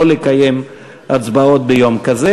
לא לקיים הצבעות ביום כזה.